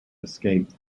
escape